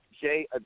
Jay